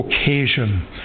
occasion